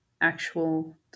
actual